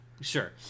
sure